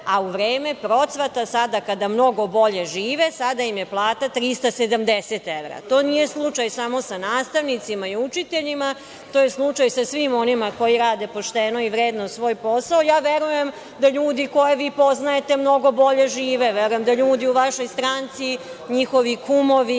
a u vreme procvata sada kada mnogo bolje žive, sada im je plata 370 evra. To nije slučaj samo sa nastavnicima i učiteljima, to je slučaj sa svima onima koji rade pošteno i vredno svoj posao. Verujem da ljudi koje vi poznajete mnogo bolje žive. Verujem da ljudi u vašoj stranci, njihovi kumovi,